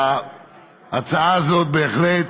ההצעה הזאת בהחלט